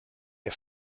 der